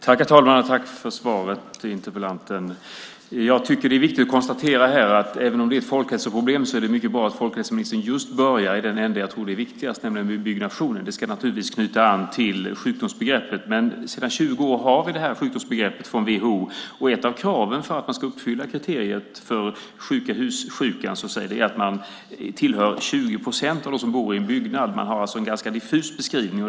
Herr talman! Jag tackar interpellanten för svaret. Det är viktigt att här konstatera att även om detta är ett folkhälsoproblem är det mycket bra att folkhälsoministern börjar i den ända som jag tror är viktigast, nämligen vid byggnationen. Det ska naturligtvis knyta an till sjukdomsbegreppet. Men sedan 20 har vi detta sjukdomsbegrepp från WHO. Ett av kraven för att man ska uppfylla kriteriet för sjuka-hus-sjukan är att man tillhör 20 procent av dem som bor i en byggnad. Det är alltså en ganska diffus beskrivning.